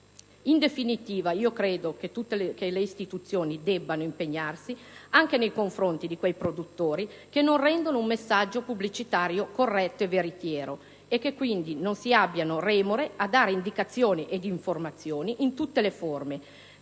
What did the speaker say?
In definitiva, credo che tutte le istituzioni debbano impegnarsi anche nei confronti di quei produttori che non utilizzano un messaggio pubblicitario corretto e veritiero e che, quindi, non si debbano avere remore a dare indicazioni ed informazioni, in tutte le forme